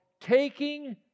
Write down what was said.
taking